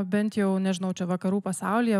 bent jau nežinau čia vakarų pasaulyje